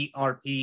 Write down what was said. ERP